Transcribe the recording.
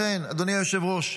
לכן, אדוני היושב-ראש,